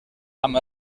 amb